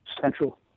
central